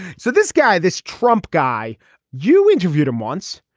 so this guy this trump guy you interviewed him once.